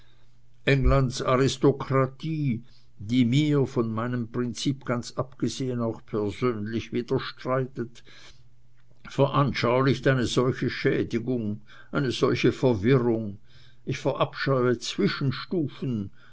englands aristokratie die mir von meinem prinzip ganz abgesehen auch persönlich widerstreitet veranschaulicht eine solche schädigung eine solche verwirrung ich verabscheue zwischenstufen